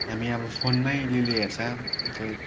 हामी अब फोनमै अलिअलि हेर्छ त्यही